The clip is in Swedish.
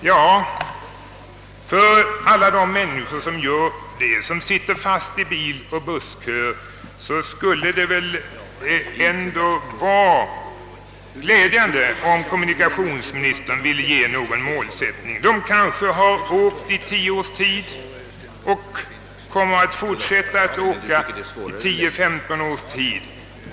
Ja, för alla de människor som gör det, som sitter fast i biloch bussköer, skulle det väl ändå vara glädjande, om kommunikationsministern ville ange någon målsättning. De kanske har åkt i tio års tid och kommer att fortsätta att åka tio å femton år.